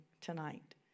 tonight